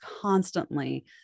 constantly